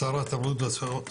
שר התרבות והספורט.